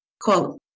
quote